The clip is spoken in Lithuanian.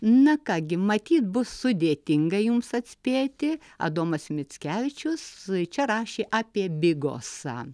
na ką gi matyt bus sudėtinga jums atspėti adomas mickevičius čia rašė apie bigosą